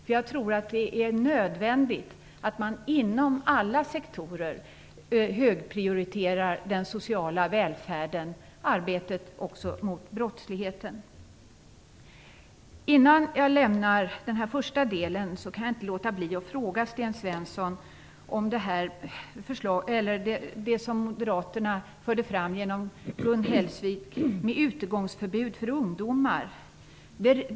Jag tror nämligen att det är nödvändigt att man inom alla sektorer högprioriterar den sociala välfärden och också arbetet mot brottsligheten. Jag kan inte lämna den här första delen utan att fråga Sten Svensson om det som Moderaterna fört fram genom Gun Hellsvik, utegångsförbudet för ungdomar.